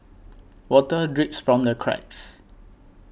water drips from the cracks